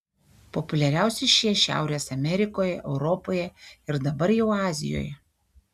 populiariausi šie šiaurės amerikoje europoje ir dabar jau azijoje